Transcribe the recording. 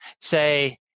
say